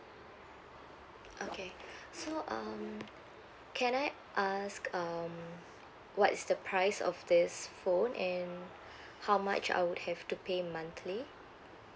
okay so um can I ask um what is the price of this phone and how much I would have to pay monthly